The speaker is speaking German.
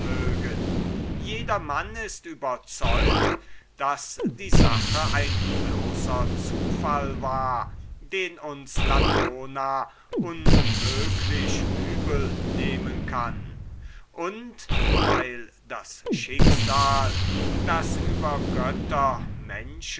jedermann ist überzeugt daß die sache ein bloßer zufall war den uns latona unmöglich übel nehmen kann und weil das schicksal das über